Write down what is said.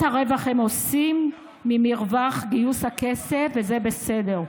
את הרווח הם עושים ממרווח גיוס הכסף, וזה בסדר.